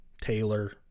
Taylor